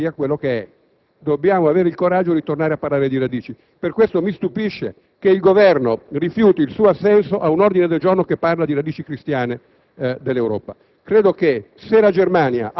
altrimenti non si capisce perché l'Europa è quello che è. Dobbiamo avere il coraggio di tornare a parlare di radici. Per questo mi stupisce che il Governo rifiuti il suo assenso ad un ordine del giorno che parla di radici cristiane